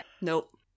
Nope